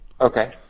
Okay